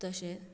तशें